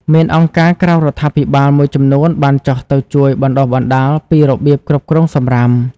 មានអង្គការក្រៅរដ្ឋាភិបាលមួយចំនួនបានចុះទៅជួយបណ្តុះបណ្តាលពីរបៀបគ្រប់គ្រងសំរាម។